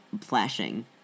flashing